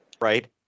Right